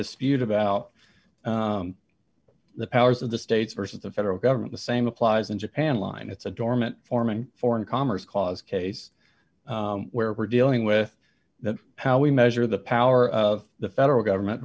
dispute about the powers of the states versus the federal government the same applies in japan line it's a dormant forming foreign commerce clause case where we're dealing with that how we measure the power of the federal government